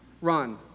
run